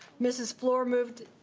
mrs. fluor moved,